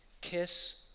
Kiss